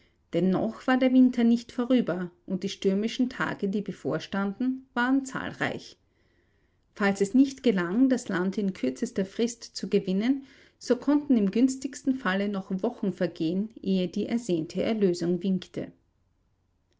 noch war der winter nicht vorüber und die stürmischen tage die bevorstanden waren zahlreich falls es nicht gelang das land in kürzester frist zu gewinnen so konnten im günstigsten falle noch wochen vergehen ehe die ersehnte erlösung winkte